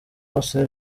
bose